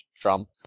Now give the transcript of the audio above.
trump